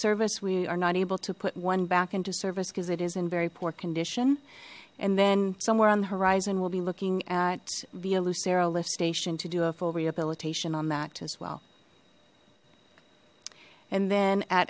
service we are not able to put one back into service because it is in very poor condition and then somewhere on the horizon we'll be looking at via lucero lift station to do a full rehabilitation on that as well and then at